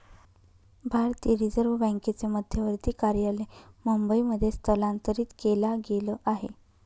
भारतीय रिझर्व बँकेचे मध्यवर्ती कार्यालय मुंबई मध्ये स्थलांतरित केला गेल आहे